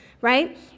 right